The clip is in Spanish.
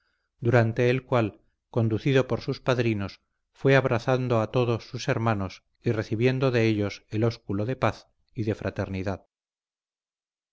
durante el cual conducido por sus padrinos fue abrazando a todos sus hermanos y recibiendo de ellos el ósculo de paz y de fraternidad